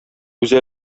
үзе